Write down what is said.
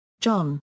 John